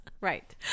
Right